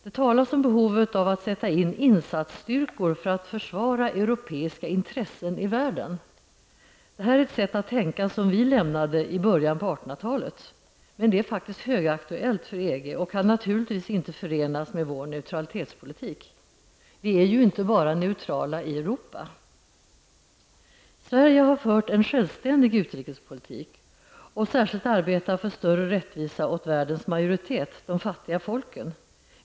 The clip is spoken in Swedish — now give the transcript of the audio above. Det talas om behovet av att sätta in insatsstyrkor för att försvara europeiska intressen i världen. Detta är ett sätt att tänka som vi lämnade i början av 1800-talet, men det är faktiskt högaktuellt i EG och kan naturligtvis inte förenas med vår neutralitetspolitik. Vi är inte neutrala bara i Sverige har fört en självständig utrikespolitik och särskilt arbetet för större rättvisa åt världens majoritet, de fattiga folken.